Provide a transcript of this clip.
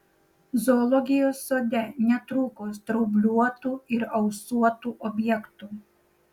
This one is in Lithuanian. zoologijos sode netrūko straubliuotų ir ausuotų objektų